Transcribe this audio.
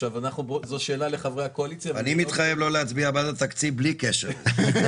אני מתחייב לא להצביע בעד התקציב בלי קשר.